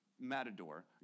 matador